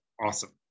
awesome